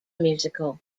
musical